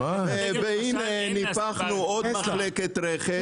והנה ניפחנו עוד מחלקת רכש,